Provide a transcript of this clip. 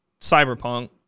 Cyberpunk